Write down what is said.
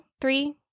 three